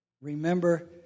Remember